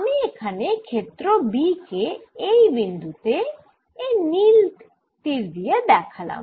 আমি এখানে ক্ষেত্র B কে এই বিন্দু তে এই নীল তীর দিয়ে দেখালাম